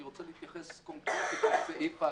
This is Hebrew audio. אני רוצה להתייחס קונקרטית לסעיף ההגדרות.